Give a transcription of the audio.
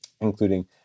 including